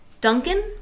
Duncan